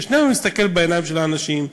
ושנינו נסתכל בעיניים של האנשים,